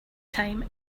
time